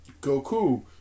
Goku